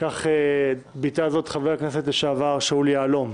כך ביטא זאת חבר הכנסת לשעבר שאול יהלום.